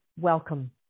welcome